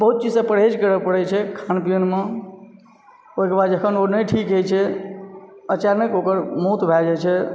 बहुत चीजसँ परहेज करय पड़ैत छै खान पियनमे ओहिके बाद जखन ओऽ नहि ठीक होइ छै अचानक ओकर मौत भए जाइत छै तऽ